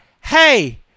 hey